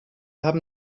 haben